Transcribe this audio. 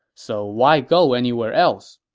so why go anywhere else?